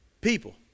People